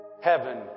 heaven